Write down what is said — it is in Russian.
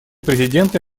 президента